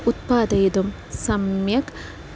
उत्पादयितुं सम्यक्